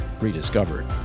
Rediscovered